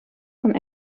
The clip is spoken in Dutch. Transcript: van